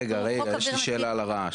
רגע, רגע יש לי שאלה על הרעש.